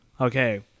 Okay